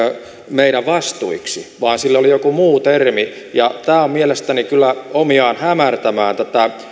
meidän vastuiksemme vaan sillä oli joku muu termi tämä on mielestäni kyllä omiaan hämärtämään tätä